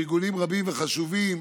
ארגונים רבים וחשובים,